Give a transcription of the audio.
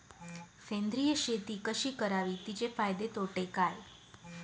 सेंद्रिय शेती कशी करावी? तिचे फायदे तोटे काय?